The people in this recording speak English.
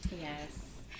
Yes